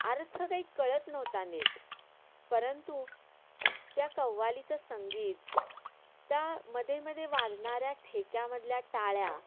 अर्थ काही कळत नव्हता नीट परंतु त्या कव्वालीचं संगीत त्या मध्येमध्ये वाजणाऱ्या ठेक्यामधल्या टाळ्या